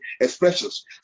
expressions